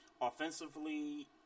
Offensively